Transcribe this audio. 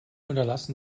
unterlassen